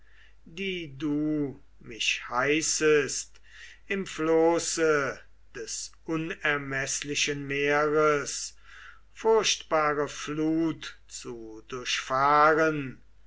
die du mich heißest im floße des unermeßlichen meeres furchtbare flut zu durchfahren